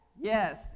Yes